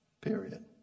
Period